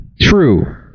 True